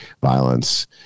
violence